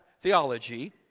theology